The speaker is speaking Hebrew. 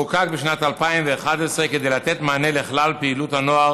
חוקק בשנת 2011 כדי לתת מענה לכלל פעילות הנוער